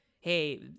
hey